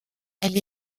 elle